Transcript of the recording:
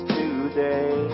today